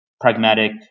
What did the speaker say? pragmatic